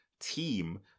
team